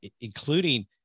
including